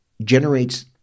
Generates